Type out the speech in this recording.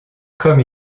comme